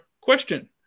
question